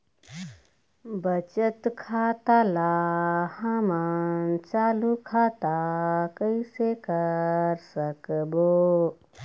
बचत खाता ला हमन चालू खाता कइसे कर सकबो?